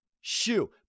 shoe